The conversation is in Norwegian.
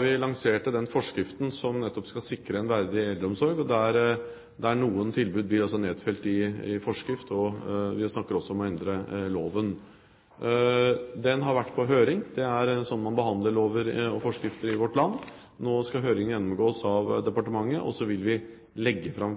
vi lanserte den forskriften som nettopp skal sikre en verdig eldreomsorg. Noen tilbud blir nedfelt i forskrift, og vi snakker også om å endre loven. Den har vært på høring – det er slik man behandler lover og forskrifter i vårt land. Nå skal høringen gjennomgås av departementet, og så vil vi legge fram